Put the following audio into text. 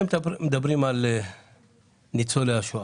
מדברים הרבה על ניצולי השואה.